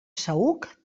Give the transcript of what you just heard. saüc